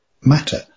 matter